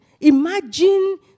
Imagine